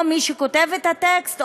או מי שכותב את הטקסט,